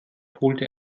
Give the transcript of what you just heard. holte